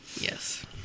Yes